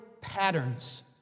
patterns